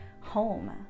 home